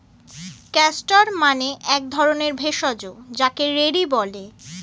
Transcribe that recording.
castor মানে এক ধরণের ভেষজ যাকে রেড়ি বলে